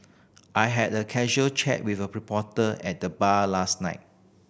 I had a casual chat with a reporter at the bar last night